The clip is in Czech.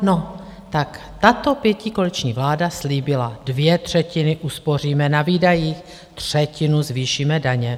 No, tak tato pětikoaliční vláda slíbila, dvě třetiny uspoříme na výdajích, třetinu zvýšíme daně.